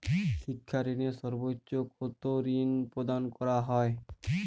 শিক্ষা ঋণে সর্বোচ্চ কতো ঋণ প্রদান করা হয়?